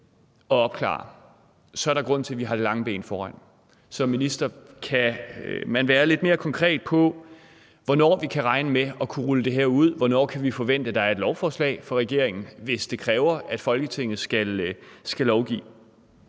det her, så er der grund til, at vi sætter det lange ben foran. Så kan ministeren være lidt mere konkret, med hensyn til hvornår vi kan regne med at kunne rulle det her ud? Hvornår kan vi forvente at der er et lovforslag fra regeringen, hvis det kræver, at Folketinget skal lovgive?